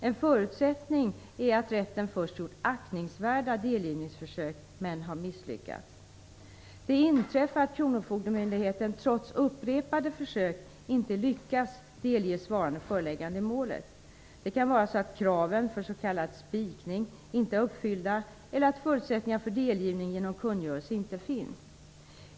En förutsättning är att rätten först gjort aktningsvärda delgivningsförsök men har misslyckats. Det inträffar att kronofogdemyndigheten trots upprepade försök inte lyckas delge svaranden föreläggande i målet. Det kan vara så att kraven för s.k. spikning inte är uppfyllda eller att förutsättningar för delgivning genom kungörelse inte finns.